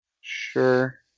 sure